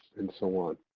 and so on.